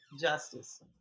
justice